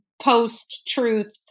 post-truth